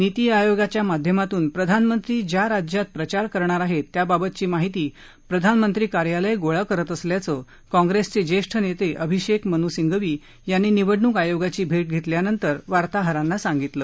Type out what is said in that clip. नीती आयोगाच्या माध्यमातून प्रधानमंत्री ज्या राज्यात प्रचार करणार आहेत त्याबाबतची माहिती प्रधानमंत्री कार्यालय गोळा करत असल्याचं काँग्रेसचे ज्येष्ठ नेते अभिषेक मन् सिंघवी यांनी निवडणूक आयोगाची भेट घेतल्यानंतर वार्ताहरांना सांगितलं